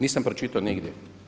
Nisam pročitao nigdje.